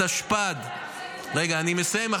--- אני מסיים.